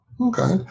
okay